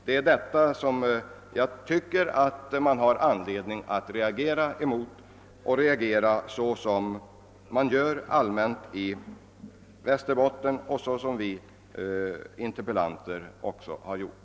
Jag tycker man har anledning att reagera mot detta såsom man har gjort allmänt i Västerbotien och såsom vi interpellanter också har gjort.